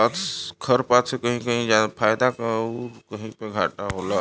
खरपात से कहीं कहीं फायदा आउर कहीं पे घाटा भी होला